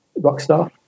Rockstar